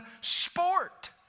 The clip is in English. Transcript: sport